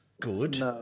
good